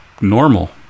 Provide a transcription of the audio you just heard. normal